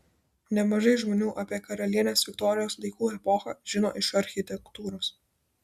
nemažai žmonių apie karalienės viktorijos laikų epochą žino iš architektūros